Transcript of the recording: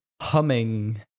humming